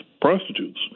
prostitutes